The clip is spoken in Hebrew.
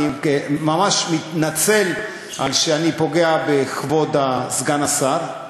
אני ממש מתנצל על שאני פוגע בכבוד סגן השר,